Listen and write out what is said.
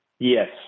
Yes